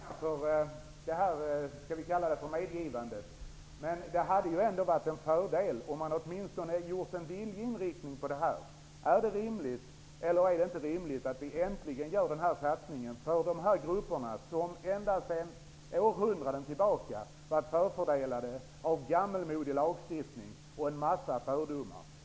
Herr talman! Jag tackar för detta vad vi kan kalla medgivande. Men det hade ju ändå varit en fördel om utskottet åtminstone hade gjort en viljeinriktning. Är det rimligt eller är det inte rimligt att vi äntligen gör satsningar för en grupp som sedan århundraden tillbaka har varit förfördelad av gammalmodig lagstiftning och en massa fördomar?